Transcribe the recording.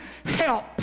help